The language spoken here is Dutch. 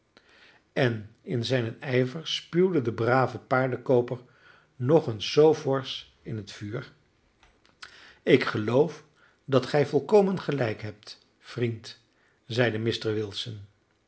en in zijner ijver spuwde de brave paardenkooper nog eens zoo forsch in het vuur ik geloof dat gij volkomen gelijk hebt vriend zeide mr wilson